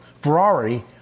Ferrari